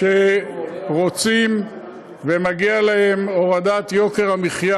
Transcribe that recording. שרוצים ומגיע להם הורדת יוקר המחיה.